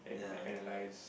like analyse